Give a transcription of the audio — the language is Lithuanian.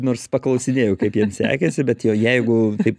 nors paklausinėju kaip jiems sekėsi bet jo jeigu taip